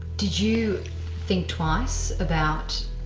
did you think twice about